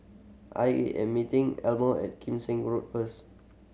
I A M meeting Elmo at Kim Seng Road first